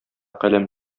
каләм